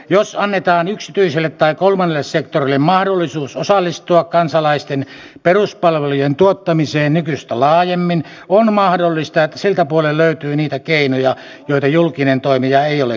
jos annetaan yksityiselle tai kolmannelle sektorille mahdollisuus osallistua kansalaisten peruspalvelujen tuottamiseen nykyistä laajemmin on mahdollista että siltä puolen löytyy niitä keinoja joita julkinen toimija ei ole keksinyt